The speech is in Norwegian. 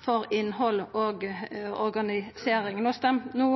for innhold og organisering.» No